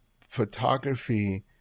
photography